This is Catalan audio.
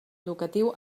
educatiu